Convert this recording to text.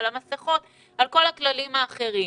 על המסכות ועל כל הכללים האחרים.